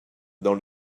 dans